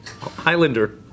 Highlander